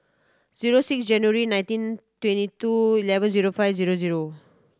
zero six January nineteen twenty two eleven zero five zero zero